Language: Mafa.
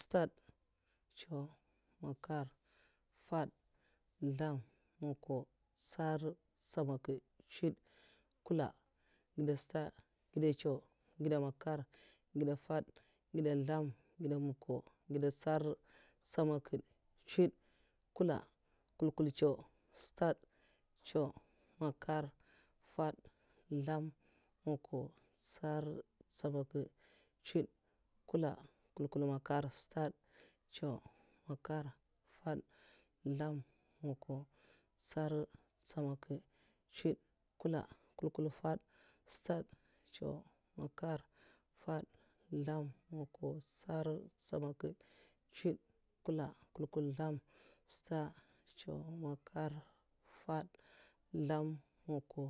Stad, ncèw, makar, fad, zlèm, makwa, tsèradh, nstèmakidh, stuwd, nkula, ègèda stad, ègèda ncèw, ègèda mkarh, ègèda fadh, ègèda zlèm, ègèda makwa, ntsèradh, nstèmakèdh. nstuwdh, nkwula, mkwul'nkwul ncèw'stadh ncèw, makarh, fadh zlèmh, makwah, ntsèradh, nstèmakèdh, ntsuwdh, nkwulah, nkwulnkwul makarh, stadh ncèw, makarh, fadh zlèmh, makwah. ntsèradh, nstèmakèdh, ntsuwdh, nkwulah, nkwulnkwul fadh, stadh ncèw, makarh, fadh zlèmh, makwah, ntsèradh, nstèmakèdh, ntsuwdh, nkwulah, nkwulnkwul zlèmh, stadh ncèw, makarh, fadh zlèmh, makwah